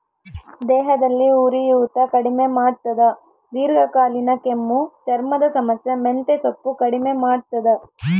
ದೇಹದಲ್ಲಿ ಉರಿಯೂತ ಕಡಿಮೆ ಮಾಡ್ತಾದ ದೀರ್ಘಕಾಲೀನ ಕೆಮ್ಮು ಚರ್ಮದ ಸಮಸ್ಯೆ ಮೆಂತೆಸೊಪ್ಪು ಕಡಿಮೆ ಮಾಡ್ತಾದ